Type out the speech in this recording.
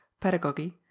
pedagogy